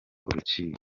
urukiko